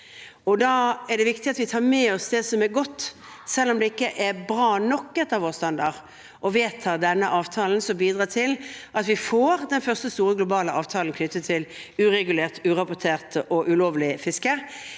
Da er det viktig at vi tar med oss det som er godt, selv om det ikke er bra nok etter vår standard å vedta denne avtalen, som bidrar til at vi får den første store globale avtalen knyttet til uregulert, urapportert og ulovlige fiske,